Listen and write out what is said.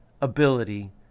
ability